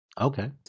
Okay